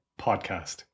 Podcast